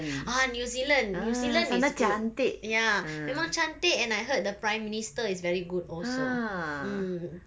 ah new zealand new zealand is good ya memang cantik and I heard the prime minister is very good also mm